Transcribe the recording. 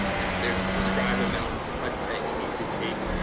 and there's a prescribed amount of cuts that you need to take